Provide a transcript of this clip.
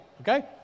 okay